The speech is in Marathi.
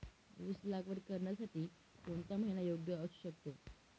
ऊस लागवड करण्यासाठी कोणता महिना योग्य असू शकतो?